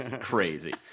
crazy